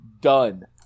done